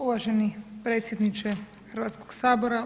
Uvaženi predsjedniče Hrvatskoga sabora.